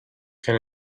can